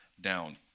down